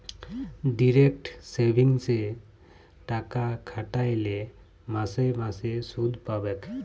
direct সেভিংসে টাকা খ্যাট্যাইলে মাসে মাসে সুদ পাবেক